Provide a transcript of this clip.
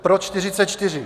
Pro 44.